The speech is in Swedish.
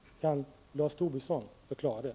Kan Lars Tobisson förklara det?